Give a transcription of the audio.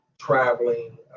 traveling